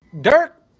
Dirk